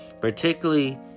Particularly